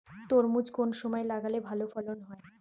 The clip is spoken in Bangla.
তরমুজ কোন সময় লাগালে ভালো ফলন হয়?